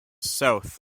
south